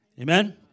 Amen